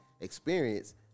experience